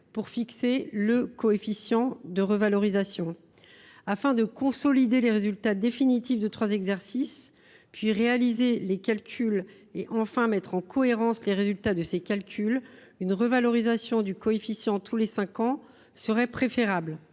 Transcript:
pourront être appréciés. Afin de consolider les résultats définitifs de trois exercices, puis de réaliser les calculs et, enfin, de mettre en cohérence les résultats de ces calculs, une revalorisation du coefficient tous les cinq ans serait préférable.